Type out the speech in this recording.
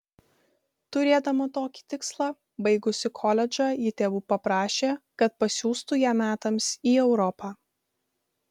turėdama tokį tikslą baigusi koledžą ji tėvų paprašė kad pasiųstų ją metams į europą